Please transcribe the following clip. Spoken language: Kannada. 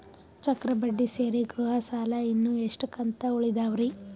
ಚಕ್ರ ಬಡ್ಡಿ ಸೇರಿ ಗೃಹ ಸಾಲ ಇನ್ನು ಎಷ್ಟ ಕಂತ ಉಳಿದಾವರಿ?